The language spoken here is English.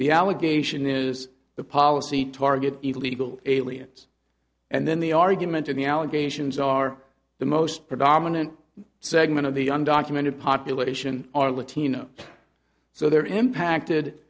the allegation is the policy targets illegal aliens and then the argument in the allegations are the most predominant segment of the undocumented population are latino so they're impacted